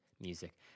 music